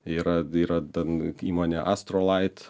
yra yra ten įmonė astrolight